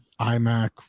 iMac